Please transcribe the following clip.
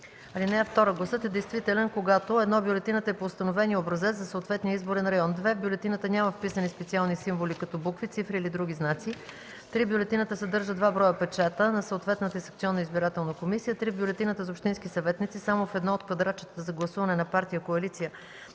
(2) Гласът е действителен, когато: 1. бюлетината е по установения образец за съответния изборен район; 2. в бюлетината няма вписани специални символи като букви, цифри или други знаци; 3. бюлетината съдържа два броя печата на съответната секционна избирателна комисия; 4. в бюлетината за общински съветници само в едно от квадратчетата за гласуване за партия, коалиция